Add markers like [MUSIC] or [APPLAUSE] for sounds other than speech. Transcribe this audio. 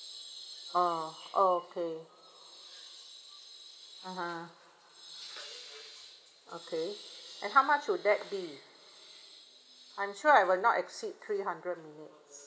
oh okay [BREATH] (uh huh) okay and how much would that be I'm sure I will not exceed three hundred minutes